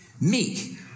meek